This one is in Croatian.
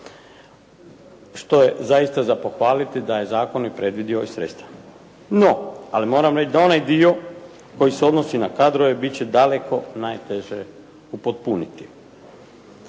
što je zaista za pohvaliti da je zakon predvidio i sredstva. No, ali moram reći da onaj dio koji se odnosi na kadrove biti će daleko najteže upotpuniti.